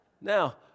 Now